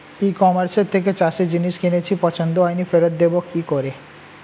ই কমার্সের থেকে চাষের জিনিস কিনেছি পছন্দ হয়নি ফেরত দেব কী করে?